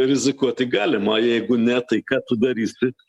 rizikuoti galima o jeigu ne tai ką tu darysi